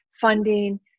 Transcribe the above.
funding